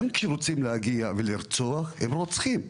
כשרוצים להגיע ולרצוח, אז פשוט רוצחים.